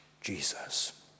Jesus